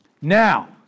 Now